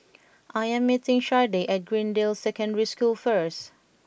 I am meeting Sharday at Greendale Secondary School first